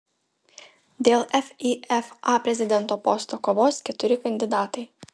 dėl fifa prezidento posto kovos keturi kandidatai